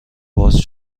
باز